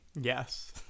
Yes